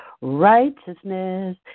Righteousness